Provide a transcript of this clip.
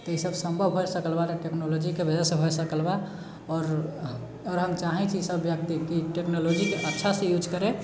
तऽ ई सभ सम्भव भए सकल बा टेक्नोलॉजीके वजहसँ सम्भव भए सकल बा आओर हम आओर हम चाहैत छी सभ व्यक्ति कि टेक्नोलॉजीके अच्छासँ यूज करै